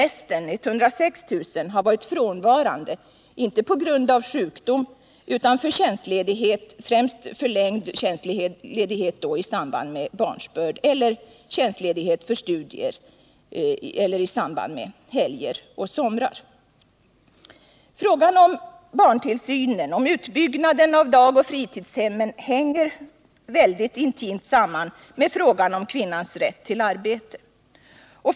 Resten, 106 000, har varit frånvarande — inte på grund av sjukdom utan för tjänstledighet, främst förlängd tjänstledighet i samband med barnsbörd eller tjänstledighet för studier eller i samband med helger och somrar. Frågan om barntillsynen, om utbyggnaden av dagoch fritidshem hänger som sagt intimt samman med frågan om kvinnans rätt till arbete.